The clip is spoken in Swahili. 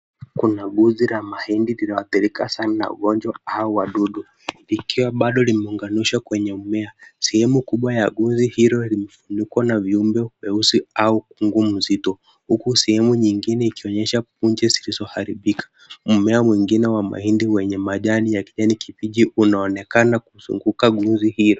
Kuna buzi la mahindi ililo athirika sana ugonjwa au wadudu. Likiwa bado lime unganishwa kwenye mmea. Sehemu kubwa ya uzi hilo liko na viumbe weusi au kungu mzito. Huku sehemu nyingine ikionyesha punji zilizoharibika. Mmea mwingine wa mahindi wenye majani ya kijani kibichi unaonekana kuzunguka guzi hilo.